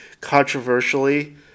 controversially